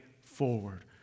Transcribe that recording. forward